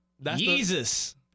Jesus